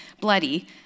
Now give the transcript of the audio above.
bloody